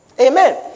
Amen